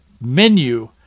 menu